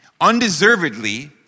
undeservedly